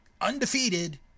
undefeated